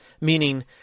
Meaning